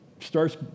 starts